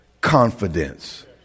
confidence